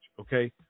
okay